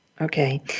Okay